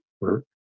work